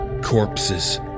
Corpses